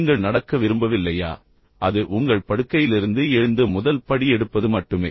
நீங்கள் நடக்க விரும்பவில்லையா அது உங்கள் படுக்கையிலிருந்து எழுந்து முதல் படி எடுப்பது மட்டுமே